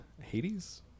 Hades